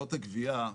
הוצאות הגבייה,